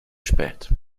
spät